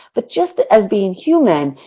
but just as being human,